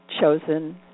chosen